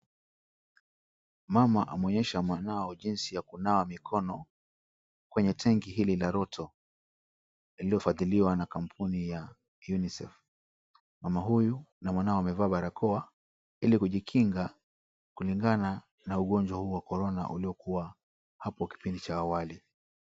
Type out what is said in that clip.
Mama amuonyesha mwanao jinsi ya kunawa mikono kwenye tenki hili la roto lililofadhiliwa na kampuni ya UNICEF. Mama huyu na mwanao wamevaa barakoa ili kujikinga kulingana na ugonjwa huu wa corona uliokuwa hapo kipindi cha awali.